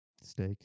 Steak